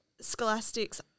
Scholastic's